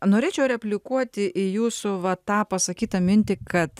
norėčiau replikuoti į jūsų va tą pasakytą mintį kad